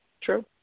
True